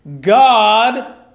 God